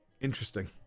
interesting